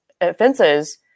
offenses